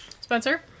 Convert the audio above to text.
Spencer